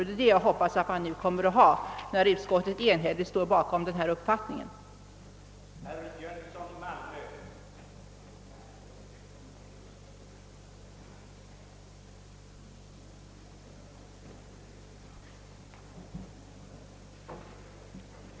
Det är det jag hoppas att man nu kommer att göra sedan utskottet enhälligt ställt sig bakom den uppfattning som framförs i dess utlåtande, en uppfattning som jag förmodar riksdagen stöder.